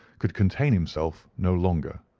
could contain himself no longer.